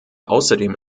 außerdem